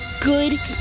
Good